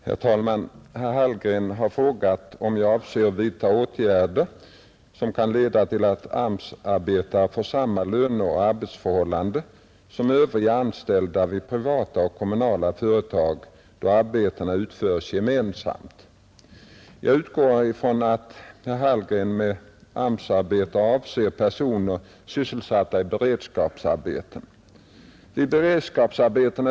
Herr talman! Herr Hallgren har frågat mig om jag avser att vidta åtgärder som kan leda till att AMS-arbetare får samma löneoch arbetsförhållanden som övriga anställda vid privata och kommunala företag, då arbetena utförs gemensamt. Jag utgår från att herr Hallgren med AMS-arbetare avser personer sysselsatta i beredskapsarbeten.